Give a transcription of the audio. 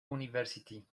university